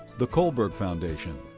the kohlberg foundation.